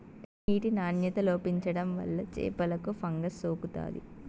నీటి నాణ్యత లోపించడం వల్ల చేపలకు ఫంగస్ సోకుతాది